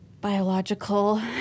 biological